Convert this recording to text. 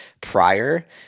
prior